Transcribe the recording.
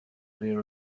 their